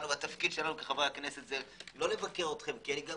תפקידנו כחברי הכנסת הוא לא לבקר אתכם כי אני גם